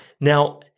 Now-